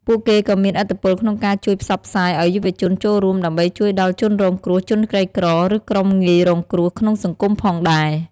ពួកគេក៏មានឥទ្ធិពលក្នុងការជួយផ្សព្វផ្សាយអោយយុវជនចូលរួម ដើម្បីជួយដល់ជនរងគ្រោះ ជនក្រីក្រ ឬក្រុមងាយរងគ្រោះក្នុងសង្គមផងដែរ។